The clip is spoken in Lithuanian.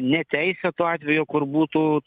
neteisėto atvejo kur būtų